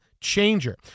changer